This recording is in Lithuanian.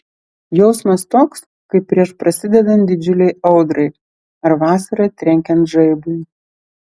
jausmas toks kaip prieš prasidedant didžiulei audrai ar vasarą trenkiant žaibui